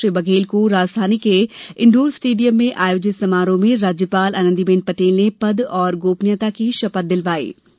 श्री बघेल को राजधानी के इंडोर स्टेडियम में आयोजित समारोह में राज्यपाल आनन्दीबेन पटेल ने पद एवं गोपनीयता की शपथ दिलवायी